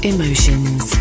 Emotions